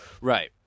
right